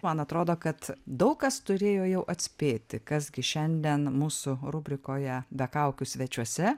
man atrodo kad daug kas turėjo jau atspėti kas gi šiandien mūsų rubrikoje be kaukių svečiuose